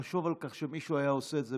חשוב על כך שמישהו היה עושה את זה